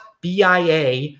BIA